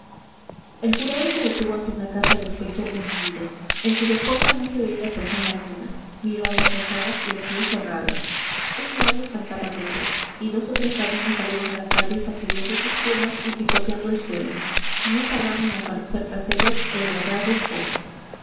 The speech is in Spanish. el jurado se detuvo ante una casa de aspecto humilde en cuya puerta no se veía persona alguna miró a las ventanas y las vio cerradas un gallo cantaba dentro y dos o tres gallinas salieron a la calle sacudiendo sus plumas y picoteando el suelo no tardando en aparecer tras ellas el gallardo esposo